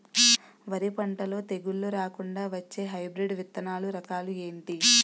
వరి పంటలో తెగుళ్లు రాకుండ వచ్చే హైబ్రిడ్ విత్తనాలు రకాలు ఏంటి?